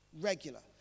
Regular